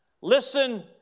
Listen